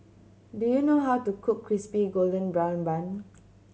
do you know how to cook Crispy Golden Brown Bun